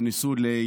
שלך?